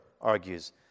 argues